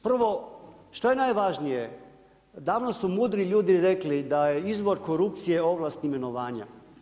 Prvo, što je najvažnije davno su mudri ljudi rekli da je izvor korupcije ovlast imenovanja.